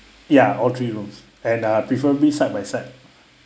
ya all three rooms and uh prefer to be side by side